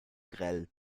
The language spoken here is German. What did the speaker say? grell